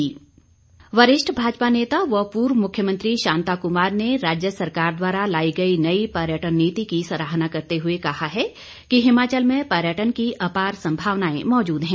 शांता कुमार वरिष्ठ भाजपा नेता व पूर्व मुख्यमंत्री शांता कुमार ने राज्य सरकार द्वारा लाई गई नई पर्यटन नीति की सराहना करते हुए कहा है कि हिमाचल में पर्यटन की अपार संभावनाएं मौजूद हैं